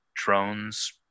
drones